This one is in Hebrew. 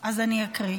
--- אז אני אקריא.